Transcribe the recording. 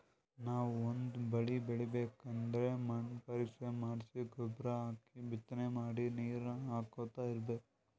ನಾವ್ ಒಂದ್ ಬಳಿ ಬೆಳಿಬೇಕ್ ಅಂದ್ರ ಮಣ್ಣ್ ಪರೀಕ್ಷೆ ಮಾಡ್ಸಿ ಗೊಬ್ಬರ್ ಹಾಕಿ ಬಿತ್ತನೆ ಮಾಡಿ ನೀರ್ ಹಾಕೋತ್ ಇರ್ಬೆಕ್